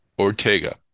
Ortega